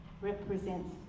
represents